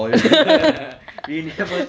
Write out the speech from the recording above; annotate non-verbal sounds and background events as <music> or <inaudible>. <laughs>